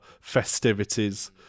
festivities